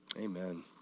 Amen